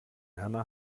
erna